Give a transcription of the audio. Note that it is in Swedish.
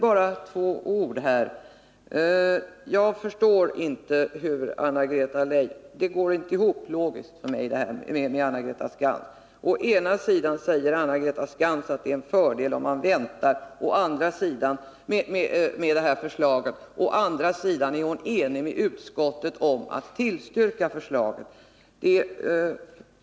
Herr talman! Bara ett par ord! Å ena sidan säger Anna-Greta Skantz att det är en fördel om man väntar med det här förslaget, å andra sidan är hon överens med utskottet om att tillstyrka förslaget.